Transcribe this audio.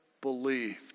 believed